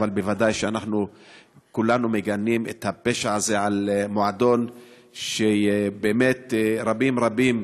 אבל ודאי שאנחנו כולנו מגנים את הפשע הזה במועדון שרבים רבים,